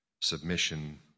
submission